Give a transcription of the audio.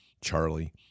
Charlie